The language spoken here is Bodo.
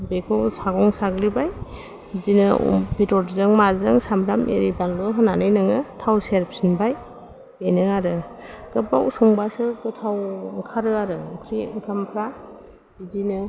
बेखौ सागं साग्लिबाय बिदिनो बेदरजों माजों सामब्राम एरि बानलु होनानै नोङो थाव सेरफिनबाय बेनो आरो गोबाव संबासो गोथाव ओंखारो आरो ओंख्रि ओंखामफ्रा बिदिनो